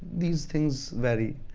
these things vary.